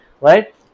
Right